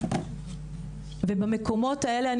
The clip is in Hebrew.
ובמקומות האלה,